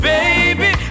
Baby